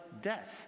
death